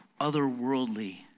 otherworldly